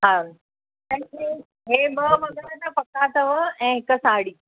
हा पंहिंजे हीअ ॿ वॻा त पका अथव ऐं हिकु साड़ी